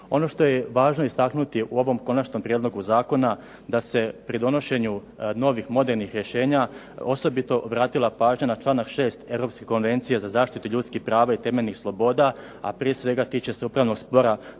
Ono što je važno istaknuti u ovom konačnom prijedlogu Zakona da se pridonošenju novih modernih rješenja osobito obratila pažnja na čl. 6. Europske konvencije za zaštitu ljudskih prava i temeljnih sloboda, a prije svega tiče se upravnog spora